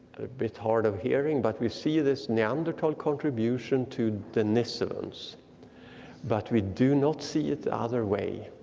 bit hard of hearing but we see this neanderthal contribution to denisovans but we do not see it the other way.